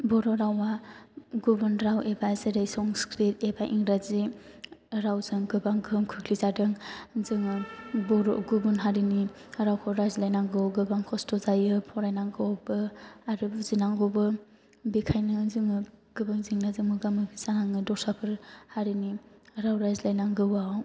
बर' रावआ गुबुन राव एबा जेरै संस्क्रिट एबा इंराजि रावजों गोबां गोहोम खोख्लैजादों जोङो गुबुन हारिनि रावखौ रायज्लायनांगौआव गोबां खस्थ' जायो फरायनांगौबो आरो बुजिनांगौबो बेनिखायनो जोङो गोबां जेंनाजों मोगा मोगि जानाङो दस्राफोर हारिनि राव रायज्लायनांगौआव